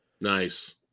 Nice